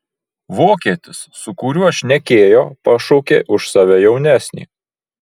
vokietis su kuriuo šnekėjo pašaukė už save jaunesnį